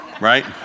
right